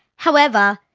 however,